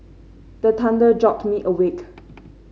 the thunder jolt me awake